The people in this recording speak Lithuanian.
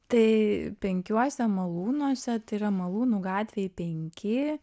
tai penkiuose malūnuose tai yra malūnų gatvėj penki